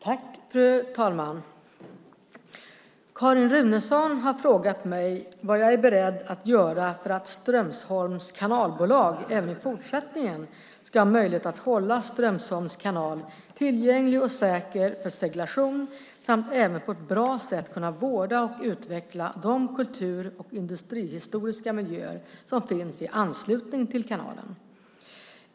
Fru talman! Carin Runeson har frågat mig vad jag är beredd att göra för att Strömsholms kanalbolag även i fortsättningen ska ha möjlighet att hålla Strömsholms kanal tillgänglig och säker för seglation samt även på ett bra sätt kunna vårda och utveckla de kultur och industrihistoriska miljöer som finns i anslutning till kanalen.